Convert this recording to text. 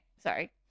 sorry